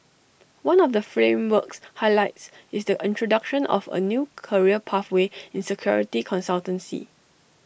one of the framework's highlights is the introduction of A new career pathway in security consultancy